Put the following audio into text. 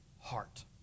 heart